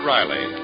Riley